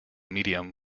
medium